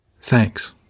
thanks